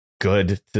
good